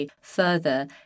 further